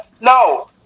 no